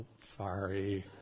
Sorry